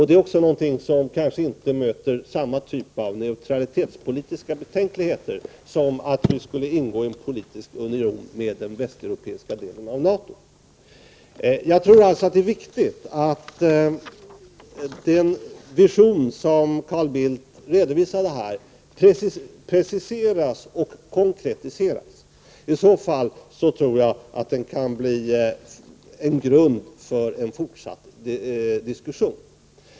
Det är någonting som kanske inte möter samma typ av neutralitetspolitiska betänkligheter som att vi skulle ingå i en politisk union med den västeuropeiska delen av NATO. Jag tror alltså att det är viktigt att den vision som Carl Bildt här redovisade preciseras och konkretiseras. I så fall tror jag att den kan bli en grund för en fortsatt diskussion.